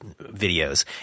videos